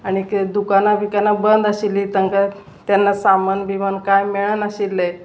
आनीक दुकानां बिकाना बंद आशिल्लीं तांकां तेन्ना सामान बिमान कांय मेळनाशिल्लें